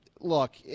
Look